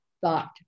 thought